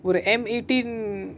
would the M eighteen